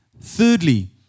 Thirdly